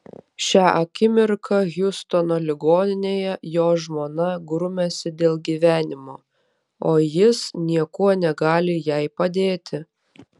šią akimirką hjustono ligoninėje jo žmona grumiasi dėl gyvenimo o jis niekuo negali jai padėti